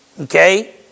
okay